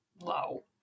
low